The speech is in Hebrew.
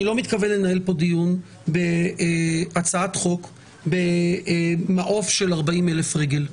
אני לא מתכוון לנהל פה דיון בהצעת חוק במעוף של 40,000 רגל.